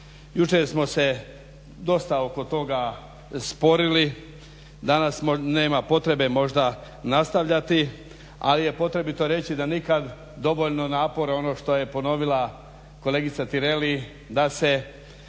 Jučer smo se dosta oko toga sporili, danas nema potrebe možda nastavljati. Ali je potrebito reći da nikad dovoljno napora ono što je ponovila kolegica Tireli da se,